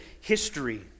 history